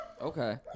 Okay